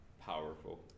powerful